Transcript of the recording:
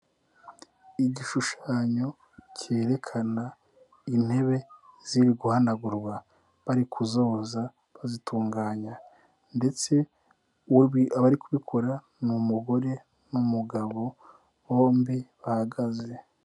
Igishushanyo cyerekana intebe ziri guhanagurwa. Bari kuzoza, bazitunganya ndetse abari kubikora ni umugore n'umugabo, bombi bahagaze.